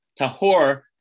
Tahor